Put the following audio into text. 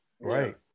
Right